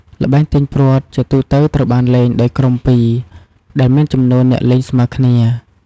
ល្បែងទាញព្រ័ត្រជាទូទៅត្រូវបានលេងដោយក្រុមពីរ ដែលមានចំនួនអ្នកលេងស្មើគ្នា។